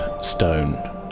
stone